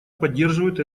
поддерживают